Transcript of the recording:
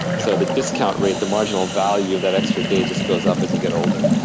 so the discount rate, the marginal value of that extra day just goes up as you get older.